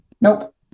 Nope